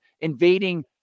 invading